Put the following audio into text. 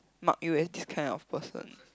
mark you as this kind of person